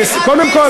קודם כול,